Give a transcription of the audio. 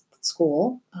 school